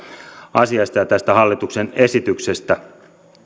asiasta ja tästä hallituksen esityksestä